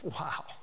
Wow